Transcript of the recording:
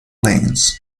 plains